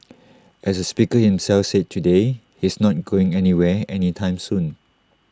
as the speaker himself said today he's not going anywhere any time soon